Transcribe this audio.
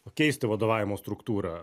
keisti vadovavimo struktūrą